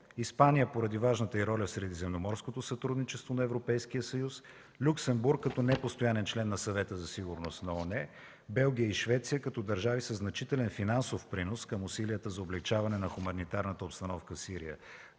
Испания – поради важната й роля в средиземноморското сътрудничество на Европейския съюз; Люксембург – като непостоянен член на Съвета за сигурност на ООН; Белгия и Швеция – като държави със значителен финансов принос към усилията за облекчаване на хуманитарната обстановка в Сирия;